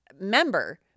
member